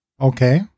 Okay